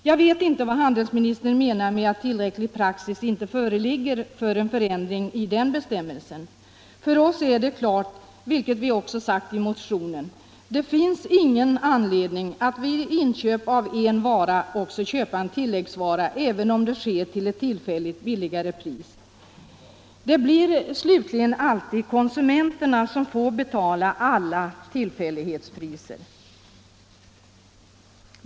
Jag vet inte vad handelsministern menar med att tillräcklig praxis inte föreligger för en förändring i den bestämmelsen. För oss är det klart, vilket vi också sagt i motionen, att det inte finns någon anledning att vid inköp av en vara också köpa en tilläggsvara, även om det sker till ett tillfälligt lägre pris. Det blir slutligen alltid konsumenterna som får betala alla tillfällighetspriser.